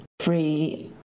free